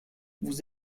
vous